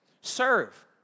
Serve